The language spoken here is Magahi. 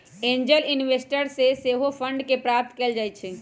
एंजल इन्वेस्टर्स से सेहो फंड के प्राप्त कएल जाइ छइ